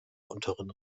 unteren